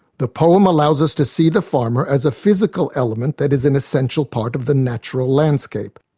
the poem allows us to see the farmer as a physical element that is an essential part of the natural landscape.